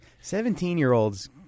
Seventeen-year-olds